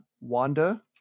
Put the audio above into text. Wanda